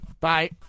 Bye